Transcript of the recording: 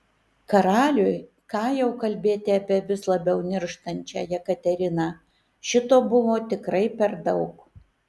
karaliui ką jau kalbėti apie vis labiau nirštančią jekateriną šito buvo tikrai per daug